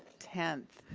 tenth,